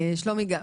שלומי,